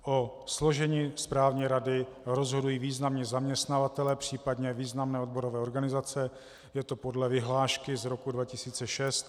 O složení správní rady rozhodují významní zaměstnavatelé, případně významné odborové organizace, je to podle vyhlášky z roku 2006.